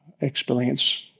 experience